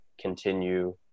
continue